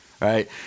Right